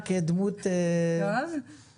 דבר ראשון במדרגה העליונה מי מרושה